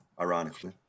ironically